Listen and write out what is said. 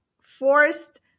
forced